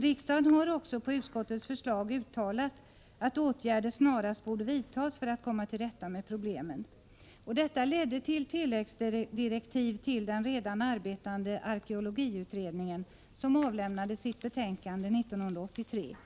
Riksdagen har också på utskottets förslag uttalat att åtgärder snarast borde vidtas för att komma till rätta med problemen. Detta ledde till tilläggsdirektiv till den redan arbetande arkeologiutredningen, som avlämnade sitt betänkande 1983.